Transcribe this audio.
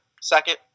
second